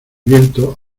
viento